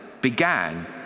began